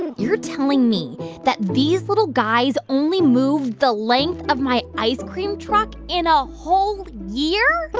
and you're telling me that these little guys only move the length of my ice-cream truck in a whole year?